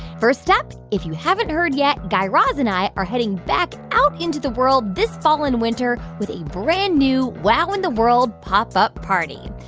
first up, if you haven't heard yet, guy raz and i are heading back out into the world this fall and winter with a brand-new wow in the world pop up party.